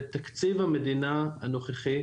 בתקציב המדינה הנוכחית,